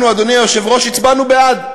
אנחנו, אדוני היושב-ראש, הצבענו בעד.